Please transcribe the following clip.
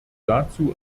dazu